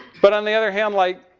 but on the other hand like,